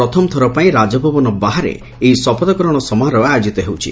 ପ୍ରଥମ ଥରପାଇଁ ରାଜଭବନ ବାହାରେ ଏହି ଶପଥ ଗ୍ରହଶ ସମାରୋହ ଆୟୋଜିତ ହେଉଛି